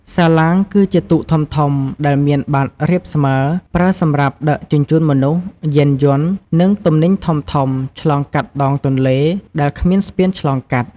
សាឡាងគឺជាទូកធំៗដែលមានបាតរាបស្មើ ប្រើសម្រាប់ ដឹកជញ្ជូនមនុស្ស យានយន្ត និងទំនិញធំៗ ឆ្លងកាត់ដងទន្លេ ដែលគ្មានស្ពានឆ្លងកាត់។